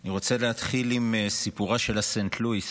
אני רוצה להתחיל עם סיפורה של סנט לואיס.